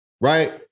right